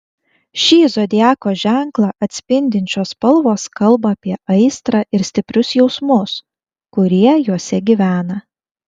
šį zodiako ženklą atspindinčios spalvos kalba apie aistrą ir stiprius jausmus kurie juose gyvena